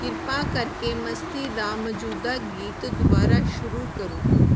ਕਿਰਪਾ ਕਰਕੇ ਮਸਤੀ ਦਾ ਮੌਜੂਦਾ ਗੀਤ ਦੁਬਾਰਾ ਸ਼ੁਰੂ ਕਰੋ